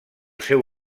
seu